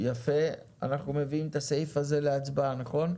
אנחנו מביאים את הסעיף הזה להצבעה, נכון?